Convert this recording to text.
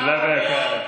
שאלה מהקהל.